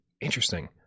Interesting